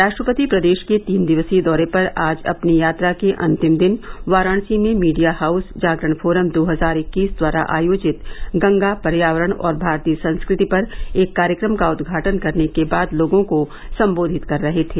राष्ट्रपति प्रदेश के तीन दिवसीय दौरे पर आज अपनी यात्रा के अंतिम दिन वाराणसी में मीडिया हाउस जागरण फोरम दो हजार इक्कीस द्वारा आयोजित गंगा पर्यावरण और भारतीय संस्कृति पर एक कार्यक्रम का उद्घाटन करने के बाद लोगों को सम्बोधित कर रहे थे